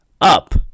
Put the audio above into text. up